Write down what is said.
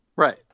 Right